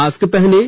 mask पहनें